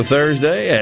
Thursday